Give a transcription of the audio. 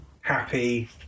happy